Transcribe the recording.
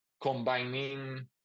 combining